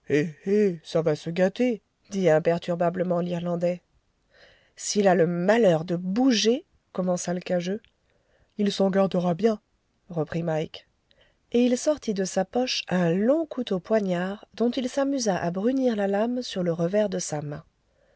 ça va se gâter dit imperturbablement l'irlandais s'il a le malheur de bouger commença l'cageux il s'en gardera bien reprît mike et il sortit de sa poche un long couteau poignard dont il s'amusa à brunir la lame sur le revers de sa main